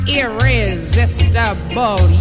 irresistible